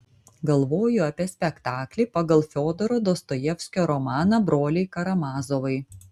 galvoju apie spektaklį pagal fiodoro dostojevskio romaną broliai karamazovai